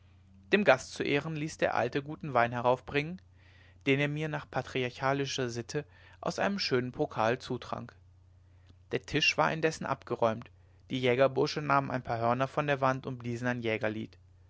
dem gast zu ehren ließ der alte guten wein heraufbringen den er mir nach patriarchalischer sitte aus einem schönen pokal zutrank der tisch war indessen abgeräumt die jägerbursche nahmen ein paar hörner von der wand und bliesen ein jägerlied